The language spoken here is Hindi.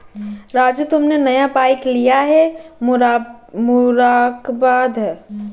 राजू तुमने नया बाइक लिया है मुबारकबाद